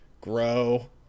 Grow